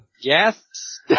yes